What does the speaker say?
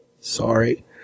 Sorry